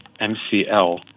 MCL